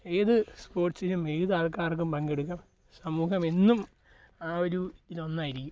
ഏത് സ്പോർട്സിലും ഏത് ആൾക്കാർക്കും പങ്കെടുക്കാം സമൂഹം എന്നും ആ ഒരു ഇതൊന്നായിരിക്കും